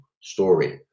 story